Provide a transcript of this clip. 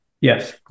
Yes